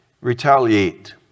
retaliate